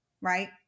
Right